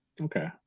okay